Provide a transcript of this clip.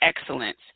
Excellence